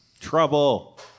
Trouble